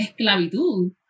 esclavitud